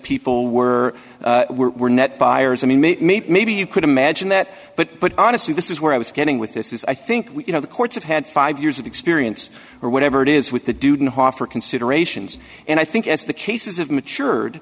people were were net buyers i mean maybe you could imagine that but honestly this is where i was getting with this is i think you know the courts have had five years of experience or whatever it is with the duden hoffer considerations and i think as the cases of mature